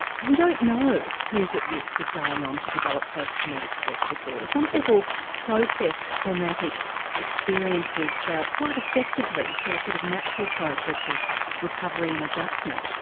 we don't know who's at risk of going on to develop post-traumatic stress disorder. some people process traumatic experiences quite effectively through a sort of natural process of recovery and adjustment.